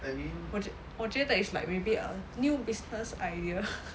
我我觉 is like maybe a new business idea